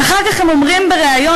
ואחר כך הם אומרים בריאיון,